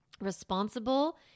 responsible